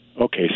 Okay